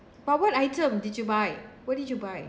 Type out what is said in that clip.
but what item did you buy what did you buy